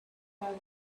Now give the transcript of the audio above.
what